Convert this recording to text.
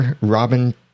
Robin